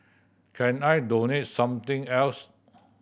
can I donate something else